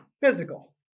Physical